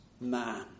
man